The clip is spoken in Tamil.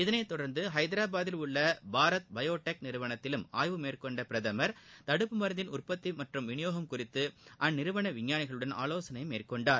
இதனைத் தொடர்ந்து வஹதராபாத்தில் உள்ள பாரத் பயோடெக் நிறுவனத்திலும் ஆய்வு மேற்கொண்ட பிரதமர் தடுப்பு மருந்தின் உற்பத்தி மற்றும் விளியோகம் குறித்து அந்நிறுவன விஞ்ஞாளிகளுடன் ஆலோசனை மேற்கொண்டார்